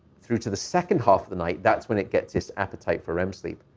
through to the second half of the night, that's when it gets its appetite for rem sleep.